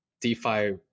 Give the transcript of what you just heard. DeFi